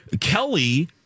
Kelly